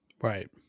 Right